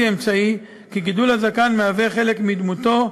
אמצעי כי גידול הזקן מהווה חלק מדמותו,